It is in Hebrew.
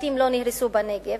ובתים לא נהרסו בנגב,